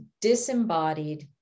disembodied